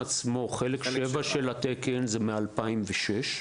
חלק 7 של התקן הוא מ-2006.